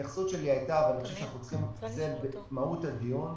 ההתייחסות שלי הייתה ואני חושב שזה מהות הדיון,